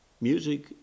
Music